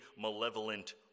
malevolent